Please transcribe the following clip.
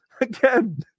again